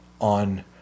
on